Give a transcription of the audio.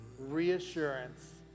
reassurance